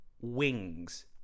wings